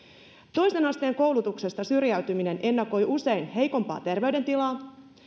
toisen asteen koulutuksesta syrjäytyminen ennakoi usein heikompaa terveydentilaa